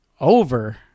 over